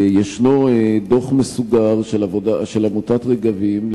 ישנו דוח מסודר של עמותת "רגבים",